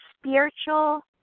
spiritual